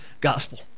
gospel